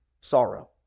sorrow